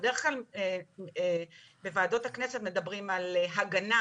בדרך כלל בוועדות הכנסת מדברים על הגנה,